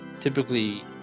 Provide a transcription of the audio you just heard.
typically